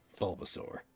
Bulbasaur